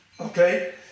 okay